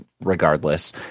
regardless